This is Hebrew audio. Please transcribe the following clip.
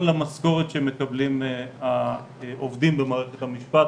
למשכורת שמקבלים העובדים במערכת המשפט,